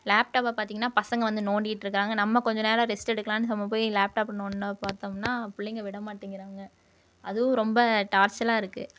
லேப்டாப்பை பார்த்தீங்கனா பசங்கள் வந்து நோண்டிகிட்டு இருக்காங்க நம்ம கொஞ்ச நேரம் ரெஸ்ட் எடுக்கலாம்னு நம்ம போய் லேப்டாப்பை நோண்டலாம்னு பார்த்தோம்னா பிள்ளைங்க விடமாட்டேங்கிறாங்க அதுவும் ரொம்ப டார்ச்சலாக இருக்குது